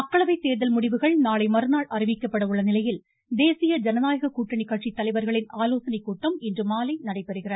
மக்களவை தேர்தல் முடிவுகள் நாளை மறுநாள் அறிவிக்கப்பட உள்ள நிலையில் தேசிய ஜனநாயக கூட்டணி கட்சி தலைவர்களின் ஆலோசனைக்கூட்டம் இன்று மாலை நடைபெறுகிறது